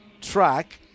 track